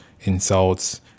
insults